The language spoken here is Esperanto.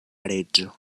reĝo